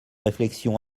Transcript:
réflexions